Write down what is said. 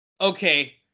Okay